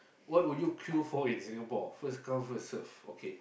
what would you queue for in Singapore first come first serve okay